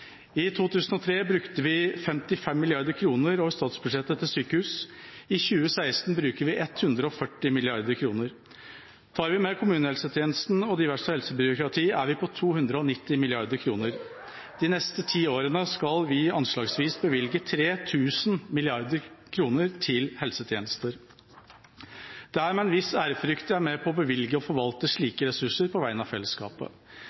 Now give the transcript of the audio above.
I 2003 brukte vi 55 mrd. kr. over statsbudsjettet til sykehus. I 2016 bruker vi 140 mrd. kr. Tar vi med kommunehelsetjenesten og diverse helsebyråkrati, er vi på 290 mrd. kr. De neste ti årene skal vi anslagsvis bevilge 3 000 mrd. kr til helsetjenester. Det er med en viss ærefrykt jeg er med på å bevilge og forvalte slike ressurser på vegne av fellesskapet.